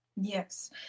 Yes